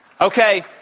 Okay